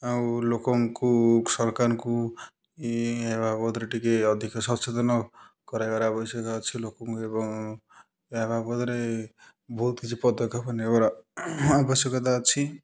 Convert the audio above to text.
ଆଉ ଲୋକଙ୍କୁ ସରକାରଙ୍କୁ ଇଏ ବାବଦରେ ଟିକେ ଅଧିକ ସଚେତନ କରାଇବାର ଆବଶ୍ୟକ ଅଛି ଲୋକଙ୍କୁ ଏବଂ ଏହା ବାବଦରେ ବହୁତ କିଛି ପଦକ୍ଷେପ ନେବାର ଆବଶ୍ୟକତା ଅଛି